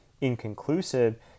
inconclusive